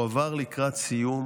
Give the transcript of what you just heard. התיק הועבר לקראת סיום